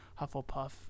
Hufflepuff